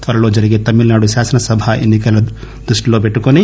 త్వరలో జరిగే తమిళనాడు శాసన సభ ఎన్నికలను దృష్టిలో పెట్టుకొని